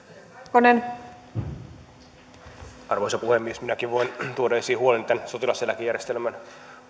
arvoisa puhemies minäkin voin tuoda esiin huoleni tämän sotilaseläkejärjestelmän